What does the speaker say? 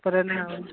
पर न